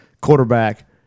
quarterback